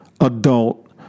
adult